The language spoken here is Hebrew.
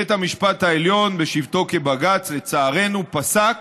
בית המשפט העליון בשבתו כבג"ץ, לצערנו, פסק